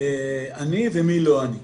עני ומי לא עני,